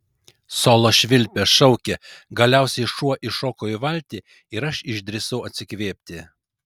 solo švilpė šaukė galiausiai šuo įšoko į valtį ir aš išdrįsau atsikvėpti